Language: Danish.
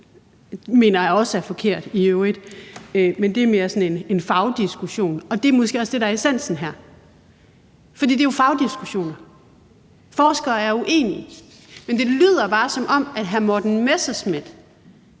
i øvrigt også er forkert, men det er mere sådan en fagdiskussion. Det er måske også det, der er essensen her, for det er jo fagdiskussioner. Forskere er uenige. Men det lyder bare, som om hr. Morten Messerschmidt